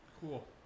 cool